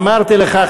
אמרתי לך,